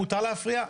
מותר להפריע?